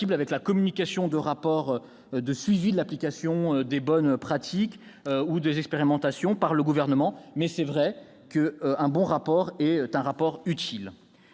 avec la communication de rapports relatifs au suivi de l'application des bonnes pratiques ou des expérimentations par le Gouvernement, mais il est vrai qu'un bon rapport est un rapport utile.